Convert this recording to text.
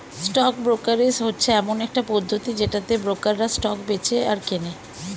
stock brokerage হচ্ছে এমন একটা পদ্ধতি যেটাতে ব্রোকাররা স্টক বেঁচে আর কেনে